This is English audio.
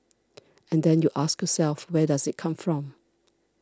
and then you ask yourself where does it come from